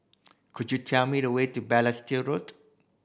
could you tell me the way to Balestier Road